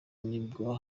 nibwo